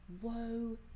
whoa